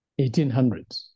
1800s